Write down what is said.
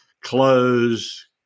clothes